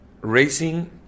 racing